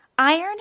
IRON